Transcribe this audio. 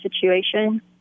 situation